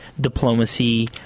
diplomacy